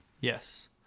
yes